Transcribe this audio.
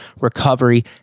recovery